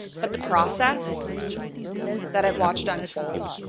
but the process that i've watched unfold,